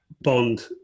bond